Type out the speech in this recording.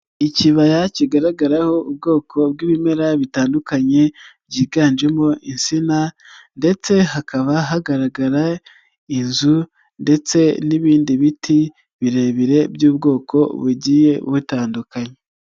Ikibaya kigaragaraho ubwoko bw'ibimera bitandukanye byiganjemo insina ndetse hakaba hagaragara inzu ndetse n'ibindi biti birebire by'ubwoko bugiye butandukanye.